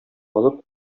алып